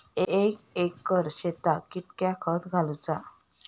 एक एकर शेताक कीतक्या खत घालूचा?